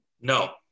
No